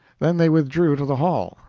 then they withdrew to the hall,